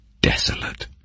desolate